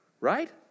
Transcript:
Right